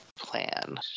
plan